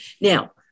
Now